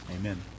Amen